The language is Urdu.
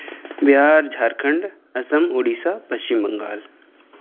بہار جھارکھنڈ اسم اڑیسہ پشچم بنگال